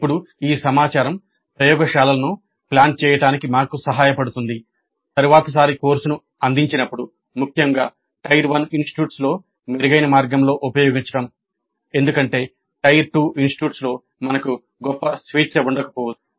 ఇప్పుడు ఈ సమాచారం ప్రయోగశాలను ప్లాన్ చేయడానికి మాకు సహాయపడుతుంది తరువాతిసారి కోర్సును అందించినప్పుడు ముఖ్యంగా టైర్ 1 ఇన్స్టిట్యూట్స్లో మెరుగైన మార్గంలో ఉపయోగించడం ఎందుకంటే టైర్ 2 లో మనకు గొప్ప స్వేచ్ఛ ఉండకపోవచ్చు